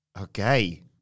Okay